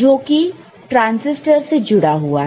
जोकि ट्रांजिस्टर से जुड़ा हुआ है